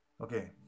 Okay